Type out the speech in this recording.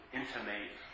intimate